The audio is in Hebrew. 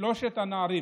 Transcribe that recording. שלושת הנערים,